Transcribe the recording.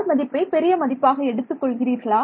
'r' மதிப்பை பெரிய மதிப்பாக எடுத்துக் கொள்கிறீர்களா